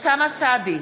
אוסאמה סעדי,